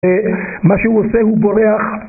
מה שהוא עושה הוא בורח